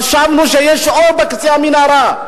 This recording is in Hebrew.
חשבנו שיש אור בקצה המנהרה.